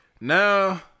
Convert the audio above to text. Now